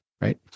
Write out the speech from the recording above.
Right